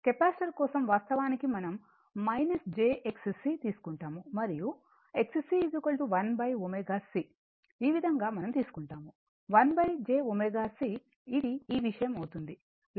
capacitor కోసం వాస్తవానికి మనం jXC తీసుకుంటాము మరియు XC 1 ω C ఈ విధంగా మనం తీసుకుంటాము 1 j ω C ఇది ఈ విషయం అవుతుంది